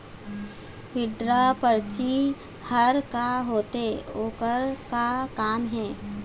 Withdraw परची हर का होते, ओकर का काम हे?